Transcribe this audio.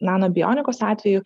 nanobionikos atveju